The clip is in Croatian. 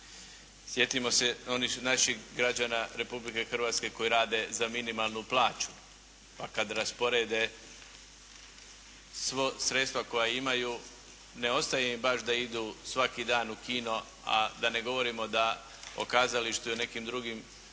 Sjetimo se onih naših građana Republike Hrvatske koji rade za minimalnu plaću, pa kad rasporede sva sredstva koja imaju ne ostaje im baš da idu svaki dan u kino, a da ne govorimo da o kazalištu ili nekim drugim